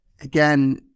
again